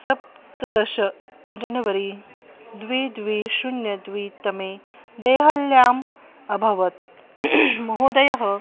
सप्तदश जनवरी द्वे द्वे शून्यं द्वे तमे देहल्याम् अभवत् महोदयः